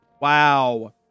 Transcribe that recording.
Wow